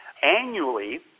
Annually